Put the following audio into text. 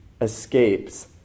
escapes